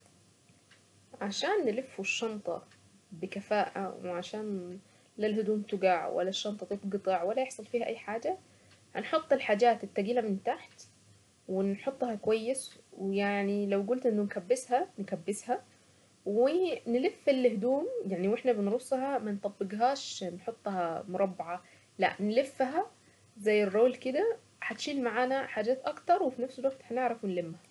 عشان نلف الشنطة بكفاءة وعشان للهدوم تقع ولا الشنطة تنقطع ولا يحصل فيها اي حاجة نحط الحاجات التقيلة من تحت ونحطها كويس ويعني لو قلت انه نكبسها نكبسها ونلف الهدوم يعني واحنا بنرصها منطبقهاش نحطها مربعة لا نلفها زي الرول كده هتشيل معانا حاجات اكتر وفي نفس الوقت هنعرف نلمها.